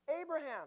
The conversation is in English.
Abraham